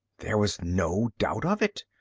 there was no doubt of it.